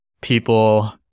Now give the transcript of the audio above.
people